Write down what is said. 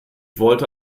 wollte